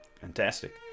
Fantastic